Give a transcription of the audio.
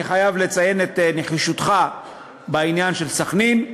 אני חייב לציין את נחישותך בעניין של סח'נין.